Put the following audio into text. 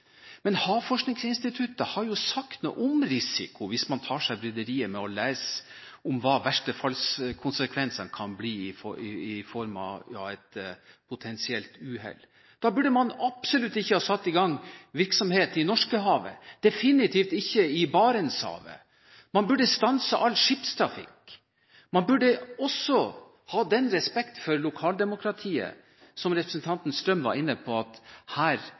Men Havforskningsinstituttet har jo sagt noe om risiko – hvis man tar seg bryderiet med å lese om hva verstefallskonsekvensene kan bli i form av et potensielt uhell. Da burde man absolutt ikke ha satt i gang virksomhet i Norskehavet og definitivt ikke i Barentshavet. Man burde stanse all skipstrafikk. Man burde også ha den respekt for lokaldemokratiet – som representanten Strøm var inne på – at man lyttet til at her